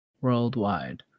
Worldwide